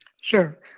Sure